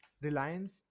Reliance